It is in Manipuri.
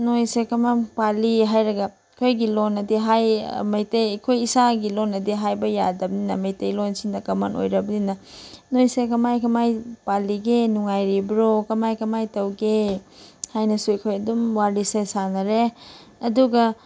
ꯅꯣꯏꯁꯦ ꯀꯔꯝ ꯀꯔꯝ ꯄꯥꯜꯂꯤ ꯍꯥꯏꯔꯒ ꯑꯩꯈꯣꯏꯒꯤ ꯂꯣꯟꯅꯗꯤ ꯍꯥꯏ ꯃꯩꯇꯩ ꯑꯩꯈꯣꯏ ꯏꯁꯥꯒꯤ ꯂꯣꯟꯅꯗꯤ ꯍꯥꯏꯕ ꯌꯥꯗꯕꯅꯤꯅ ꯃꯩꯇꯩꯂꯣꯟꯁꯤꯅ ꯀꯃꯟ ꯑꯣꯏꯔꯕꯅꯤꯅ ꯅꯣꯏꯁꯦ ꯀꯃꯥꯏ ꯀꯃꯥꯏ ꯄꯥꯜꯂꯤꯒꯦ ꯅꯨꯡꯉꯥꯏꯔꯤꯕ꯭ꯔꯣ ꯀꯃꯥꯏ ꯀꯃꯥꯏ ꯇꯧꯒꯦ ꯍꯥꯏꯅꯁꯨ ꯑꯩꯈꯣꯏ ꯑꯗꯨꯝ ꯋꯥꯔꯤꯁꯦ ꯁꯥꯟꯅꯔꯦ ꯑꯗꯨꯒ